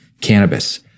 Cannabis